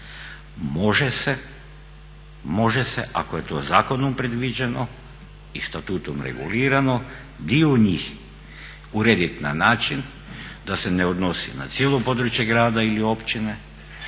može se ako je to zakonom predviđeno i statutom regulirano dio njih uredit na način da se ne odnosi na cijelo područje grada ili općine,